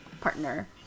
partner